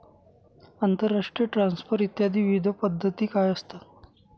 आंतरराष्ट्रीय ट्रान्सफर इत्यादी विविध पद्धती काय असतात?